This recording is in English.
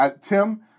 Tim